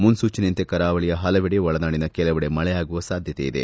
ಮುನ್ನೂಚನೆಯಂತೆ ಕರಾವಳಿ ಪಲವೆಡೆ ಒಳನಾಡಿನ ಕೆಲವೆಡೆ ಮಳೆಯಾಗುವ ಸಾಧ್ಯತೆವಿದೆ